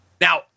Now